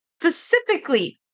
Specifically